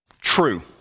True